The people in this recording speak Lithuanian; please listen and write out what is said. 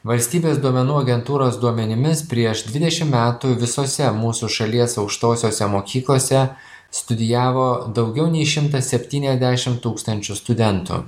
valstybės duomenų agentūros duomenimis prieš dvidešim metų visose mūsų šalies aukštosiose mokyklose studijavo daugiau nei šimtas septyniasdešim tūkstančių studentų